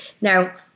Now